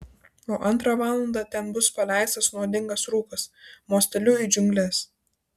o antrą valandą ten bus paleistas nuodingas rūkas mosteliu į džiungles